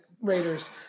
raiders